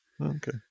okay